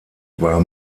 war